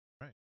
Right